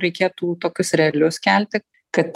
reikėtų tokius realius kelti kad